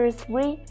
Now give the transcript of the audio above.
three